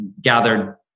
gathered